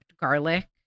garlic